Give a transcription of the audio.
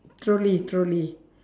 trolley trolley